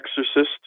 Exorcist